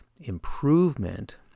improvement